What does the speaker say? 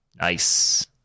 Nice